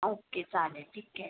okay चालेल ठीक आहे